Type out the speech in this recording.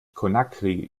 conakry